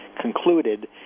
concluded